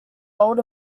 old